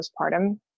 postpartum